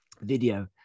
video